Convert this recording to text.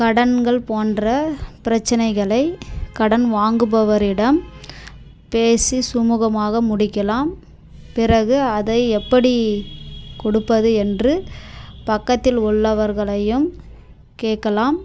கடன்கள் போன்ற பிரச்சனைகளை கடன் வாங்குபவரிடம் பேசி சுமுகமாக முடிக்கலாம் பிறகு அதை எப்படி கொடுப்பது என்று பக்கத்தில் உள்ளவர்களையும் கேட்கலாம்